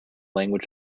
language